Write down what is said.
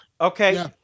Okay